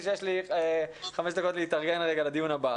שיש לי חמש דקות להתארגן לדיון הבא,